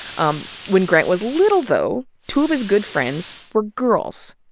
um when grant was little, though, two of his good friends were girls.